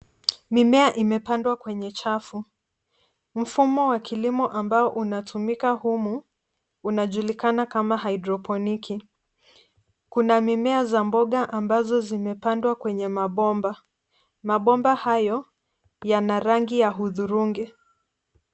Mimea imepandwa kwenye chafu. Mfumo wa kilimo ambao unatumika humu, unajulikana kama hydroponic . Kuna mimea za mboga ambazo zimepandwa kwenye mabomba. Mabomba hayo yana rangi ya udhurungi.